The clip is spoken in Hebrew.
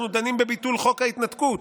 אנחנו דנים בביטול חוק ההתנתקות.